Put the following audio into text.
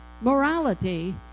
morality